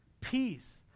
peace